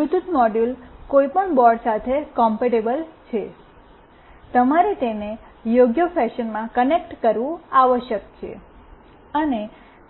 Bluetooth module કોઈપણ board સાથે compatible છે તમારે તેને યોગ્ય ફેશનમાં કનેક્ટ કરવું આવશ્યક છે અને